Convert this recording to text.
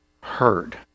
heard